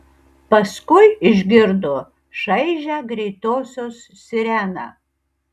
paskui išgirdo šaižią greitosios sireną